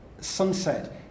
sunset